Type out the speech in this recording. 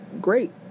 great